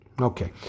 Okay